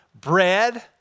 bread